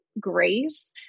grace